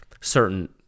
certain